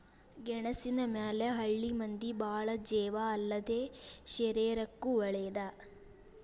ಗೆಣಸಿನ ಮ್ಯಾಲ ಹಳ್ಳಿ ಮಂದಿ ಬಾಳ ಜೇವ ಅಲ್ಲದೇ ಶರೇರಕ್ಕೂ ವಳೇದ